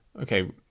Okay